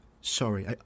sorry